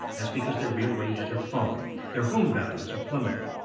that's because their real wages are falling, their home values are plummeting,